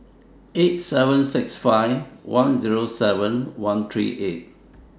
eight seven six five one Zero seven one three eight